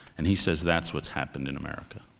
and he says that's what's happened in america.